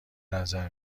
نظر